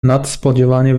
nadspodziewanie